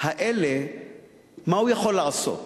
האלה מה הוא יכול לעשות?